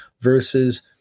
versus